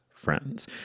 Friends